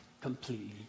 completely